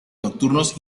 nocturnos